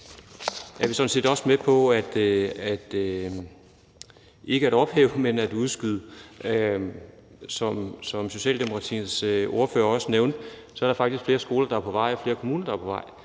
er vi sådan set også med på ikke at ophæve, men at udskyde. Som Socialdemokratiets ordfører også nævnte, er der faktisk flere skoler, der er på vej, og flere kommuner, der er på vej,